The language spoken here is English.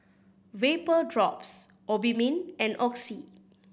Vapodrops Obimin and Oxy